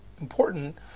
important